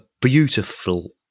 beautiful